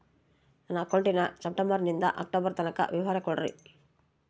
ನನ್ನ ಅಕೌಂಟಿನ ಸೆಪ್ಟೆಂಬರನಿಂದ ಅಕ್ಟೋಬರ್ ತನಕ ವಿವರ ಕೊಡ್ರಿ?